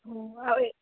ഓ